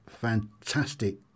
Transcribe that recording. fantastic